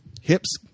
hips